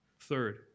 Third